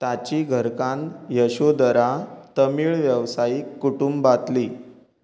ताची घरकान यशोदरा तमीळ वेवसायीक कुटुंबांतली